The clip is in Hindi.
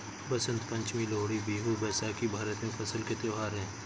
बसंत पंचमी, लोहड़ी, बिहू, बैसाखी भारत में फसल के त्योहार हैं